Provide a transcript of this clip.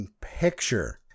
Picture